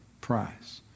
prize